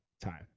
Time